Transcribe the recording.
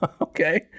Okay